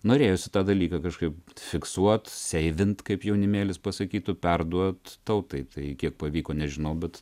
norėjosi tą dalyką kažkaip fiksuoti seivint kaip jaunimėlis pasakytų perduoti tautai tai kiek pavyko nežinau bet